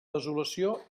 desolació